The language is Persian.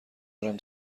دارم